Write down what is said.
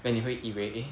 then 你会以为